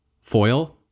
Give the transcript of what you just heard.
foil